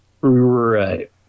Right